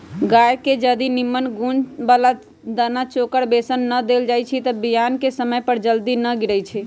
गाय के जदी निम्मन गुण बला दना चोकर बेसन न देल जाइ छइ तऽ बियान कें समय जर जल्दी न गिरइ छइ